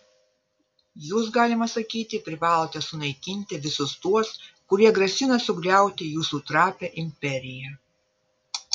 jūs galima sakyti privalote sunaikinti visus tuos kurie grasina sugriauti jūsų trapią imperiją